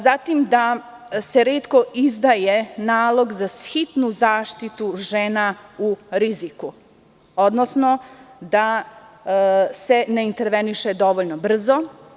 Zatim, da se retko izdaje nalog za hitnu zaštitu žena u riziku, odnosno da se ne interveniše dovoljno brzo.